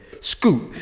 Scoop